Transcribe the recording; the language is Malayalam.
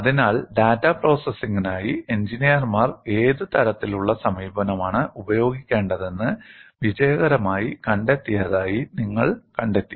അതിനാൽ ഡാറ്റാ പ്രോസസ്സിംഗിനായി എഞ്ചിനീയർമാർ ഏത് തരത്തിലുള്ള സമീപനമാണ് ഉപയോഗിക്കേണ്ടതെന്ന് വിജയകരമായി കണ്ടെത്തിയതായി നിങ്ങൾ കണ്ടെത്തി